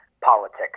politics